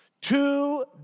two